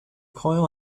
coil